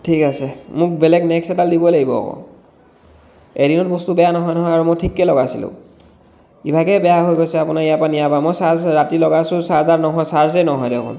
ঠিক আছে মোক বেলেগ নেক্সট এডাল দিব লাগিব আকৌ এদিনত বস্তু বেয়া নহয় নহয় আৰু মই ঠিককৈ লগাইছিলোঁ ইভাগে বেয়া হৈ গৈছে আপোনাৰ ইয়াৰ পৰা নিয়াৰ পৰা মই চাৰ্জ ৰাতি লগাইছোঁ চাৰ্জাৰ নহয় চাৰ্জেই নহয় দেখোন